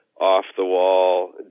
off-the-wall